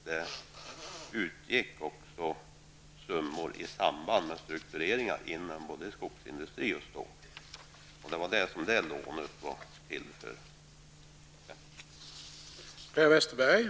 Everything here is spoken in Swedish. Det utgick också summor i samband med strukturering inom både skogsindustri och stålindustri. Det var anledningen till att det lånet gavs.